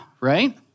right